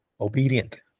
Obedient